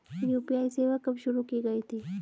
UPI सेवा कब शुरू की गई थी?